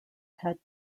had